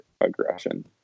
aggression